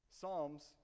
Psalms